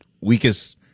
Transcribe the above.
weakest